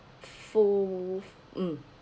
full mm